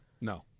No